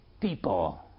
people